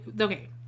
Okay